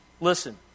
Listen